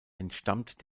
entstammt